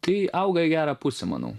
tai auga į gerą pusę manau